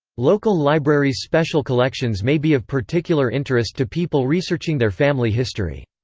local libraries' special collections may be of particular interest to people researching their family history.